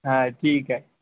हां ठीक आहे